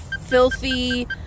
filthy